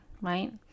right